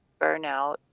burnout